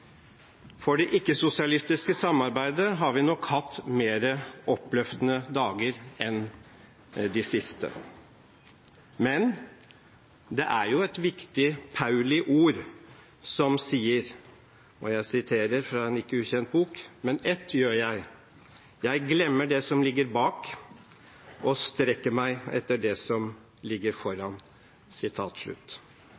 For det ikke-sosialistiske samarbeidet har vi nok hatt mer oppløftende dager enn de siste, men det er et viktig pauli ord som sier følgende – og jeg siterer fra en ikke ukjent bok: «Men ett gjør jeg: Jeg glemmer det som ligger bak og strekker meg ut etter det som